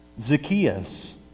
Zacchaeus